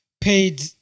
paid